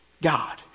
God